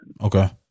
Okay